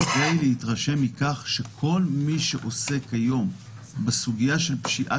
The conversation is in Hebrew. כדי להתרשם מכך שכל מי שעוסק כיום בסוגיה של פשיעה